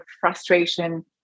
frustration